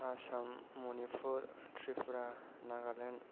Assam Manipur Tripura Nagaland